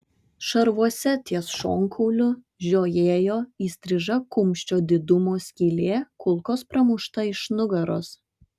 šarvuose ties šonkauliu žiojėjo įstriža kumščio didumo skylė kulkos pramušta iš nugaros